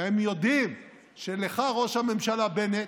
והם יודעים שלך, ראש הממשלה בנט,